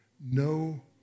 no